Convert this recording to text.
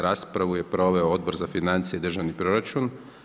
Raspravu je proveo Odbor za financije i državni proračun.